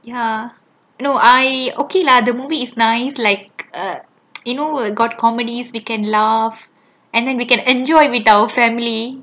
ya no I okay lah the movie is nice like err you know got comedies we can laugh and then we can enjoy with our family